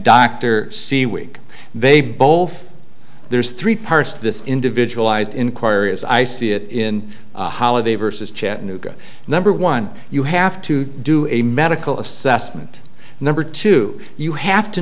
c week they both there's three parts to this individualized inquiry as i see it in holiday versus chattanooga number one you have to do a medical assessment number two you have to